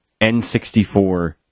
N64